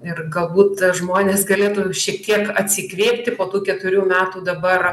ir galbūt žmonės galėtų šiek tiek atsikvėpti po tų keturių metų dabar